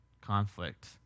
conflict